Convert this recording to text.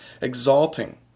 exalting